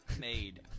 made